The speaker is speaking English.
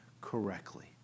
correctly